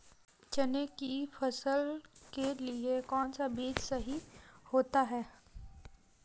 चने की फसल के लिए कौनसा बीज सही होता है?